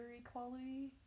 equality